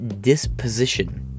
disposition